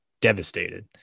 devastated